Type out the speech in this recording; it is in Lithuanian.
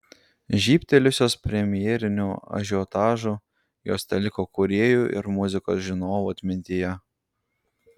žybtelėjusios premjeriniu ažiotažu jos teliko kūrėjų ir muzikos žinovų atmintyje